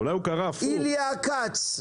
איליה כץ,